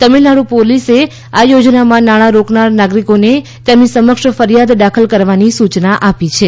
તમિલનાડુ પોલીસે આ યોજનામાં નાણાં રોકનાર નાગરિકોને તેમની સમક્ષ ફરિયાદ દાખલ કરવાની સૂચના આપી છે